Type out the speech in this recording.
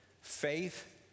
faith